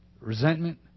resentment